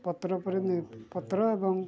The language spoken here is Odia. ପତ୍ର ଉପରେ ପତ୍ର ଏବଂ